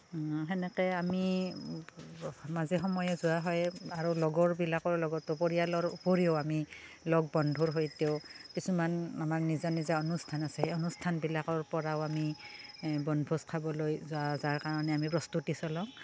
সেনেকৈ আমি মাজে সময়ে যোৱা হয় আৰু লগৰবিলাকৰ লগতো পৰিয়ালৰ উপৰিও আমি লগ বন্ধুৰ সৈতেও কিছুমান আমাৰ নিজা নিজা অনুষ্ঠান আছে সেই অনুষ্ঠানবিলাকৰ পৰাও আমি এ বনভোজ খাবলৈ যোৱা যাৰ কাৰণে আমি প্ৰস্তুতি চলাওঁ